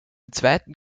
zweiten